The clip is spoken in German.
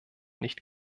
nicht